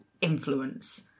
influence